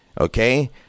Okay